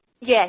Yes